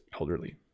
elderly